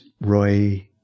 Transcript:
Roy